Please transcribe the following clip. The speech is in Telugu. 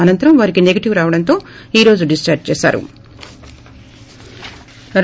అనంతరం వారికి నెగిటివ్ రావడంతో ఈ రోజు డిశ్చార్జ్ చేశారు